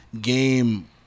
game